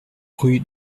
rue